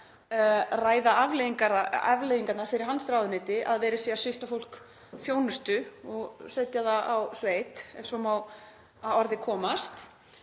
ræða afleiðingarnar fyrir hans ráðuneyti, að verið sé að svipta fólk þjónustu og setja það á sveit, ef svo má að orði komast.